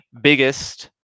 biggest